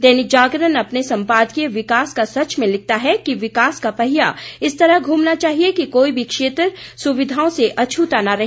दैनिक जागरण अपने सम्पादकीय विकास का सच में लिखता है कि विकास का पहिया इस तरह घूमना चाहिए कि कोई भी क्षेत्र सुविधाओं से अछूता न रहे